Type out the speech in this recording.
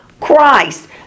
Christ